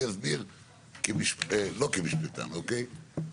אני אסביר לא כמשפטן, אוקיי?